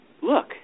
look